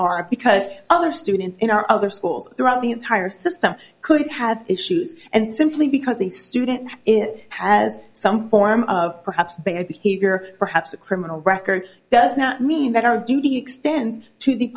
are because other students in our other schools throughout the entire system could have issues and simply because a student it has some form of perhaps bad behavior perhaps a criminal record does not mean that our duty extends